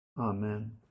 Amen